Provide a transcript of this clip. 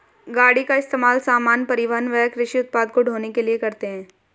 गाड़ी का इस्तेमाल सामान, परिवहन व कृषि उत्पाद को ढ़ोने के लिए करते है